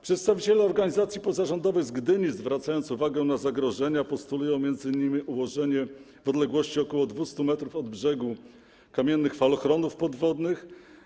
Przedstawiciele organizacji pozarządowych z Gdyni, zwracając uwagę na zagrożenia, postulują m.in. ułożenie w odległości około 200 m od brzegu kamiennych falochronów podwodnych.